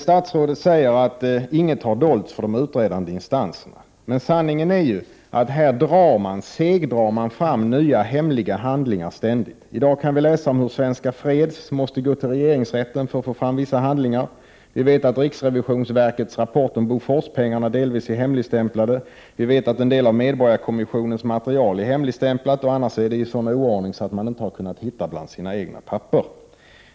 Statsrådet säger att ingenting har dolts för de utredande instanserna. Men sanningen är ju att man här ständigt segdrar för att få fram nya hemliga handlingar. I dag kan vi läsa om hur Svenska freds måste gå till regeringsrätten för att få fram vissa handlingar. Vi vet att riksrevisionsverkets rapport om Boforspengarna delvis är hemligstämplad. Vi vet att en del av medborgarkommissionens material är hemligstämplat och för övrigt är i sådan oordning att man inte har kunnat hitta bland sina egna papper.